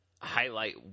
highlight